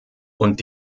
und